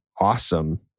awesome